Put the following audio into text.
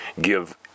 give